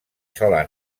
sola